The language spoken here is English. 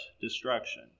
destruction